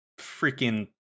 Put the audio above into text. freaking